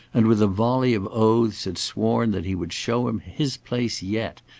and with a volley of oaths had sworn that he would show him his place yet,